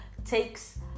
takes